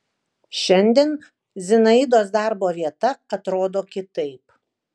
šiandien zinaidos darbo vieta atrodo kitaip